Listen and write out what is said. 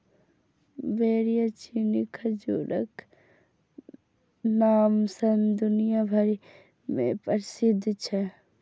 बेर या चीनी खजूरक नाम सं दुनिया भरि मे प्रसिद्ध छै